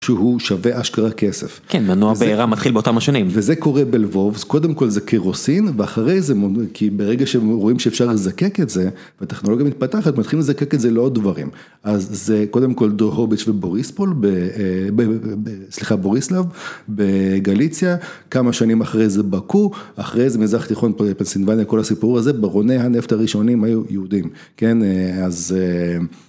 שהוא שווה אשכרה כסף. כן, מנוע בעירה מתחיל באותם השנים. וזה קורה בלבוב, קודם כל זה קירוסין ואחרי זה, כי ברגע שרואים שאפשר לזקק את זה, וטכנולוגיה מתפתחת, מתחילים לזקק את זה לעוד דברים. אז זה קודם כל דורוביץ' ובוריספול, סליחה, בוריסלב, בגליציה, כמה שנים אחרי זה בקו, אחרי זה מזרח תיכון, פנסטינבניה, כל הסיפור הזה, ברוני הנפט הראשונים היו יהודים, כן, אז.